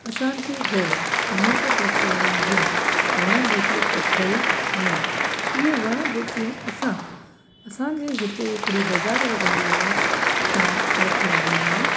असांजे घरु अनेक प्रकारन जूं वण ॿूटियूं पोखियल आहिनि इहे वण ॿूटियूं असां असांजे हिते हिकिड़ी बाज़ारि लॻंदी आहे उतां वठी आया आहियूं